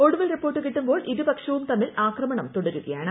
ഒടുവിൽ റിപ്പോർട്ട് കിട്ടുമ്പോൾ ഇരുപക്ഷവും തമ്മിൽ ആക്രമണം തുടരുകയാണ്